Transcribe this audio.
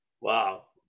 Wow